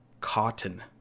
Cotton